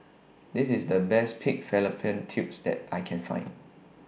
This IS The Best Pig Fallopian Tubes that I Can Find